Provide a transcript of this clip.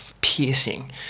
piercing